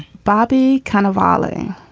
bobby kind of ah darling.